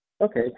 Okay